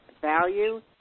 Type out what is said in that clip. value